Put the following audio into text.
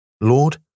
Lord